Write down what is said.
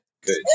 Good